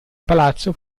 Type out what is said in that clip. palazzo